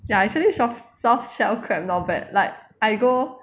ya actually sof~ soft shell crab not bad like I go